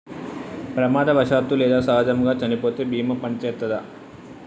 ప్రమాదవశాత్తు లేదా సహజముగా చనిపోతే బీమా పనిచేత్తదా?